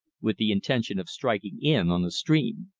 with the intention of striking in on the stream.